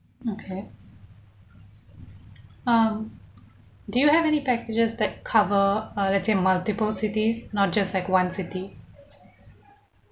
okay um do you have any packages that cover uh like in multiple cities not just like one city